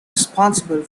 responsible